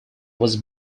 was